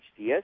HDS